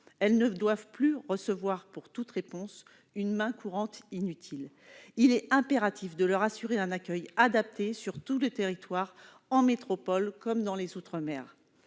Elles ne doivent plus recevoir pour toute réponse une main courante inutile. Il est impératif de leur assurer un accueil adapté, sur tout le territoire, en métropole comme dans les outre-mer.